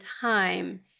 time